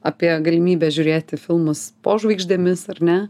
apie galimybę žiūrėti filmus po žvaigždėmis ar ne